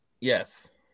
yes